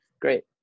Great